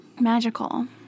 Magical